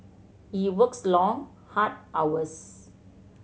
he works long hard hours